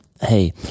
Hey